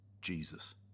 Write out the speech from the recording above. Jesus